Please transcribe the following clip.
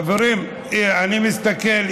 חברים, אני מסתכל.